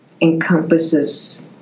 encompasses